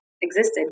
existed